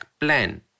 plan